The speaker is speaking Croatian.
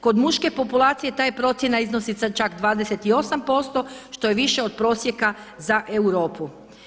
Kod muške populacije ta procjena iznosi čak 28% što je više od prosjeka za Europu.